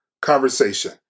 conversation